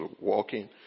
walking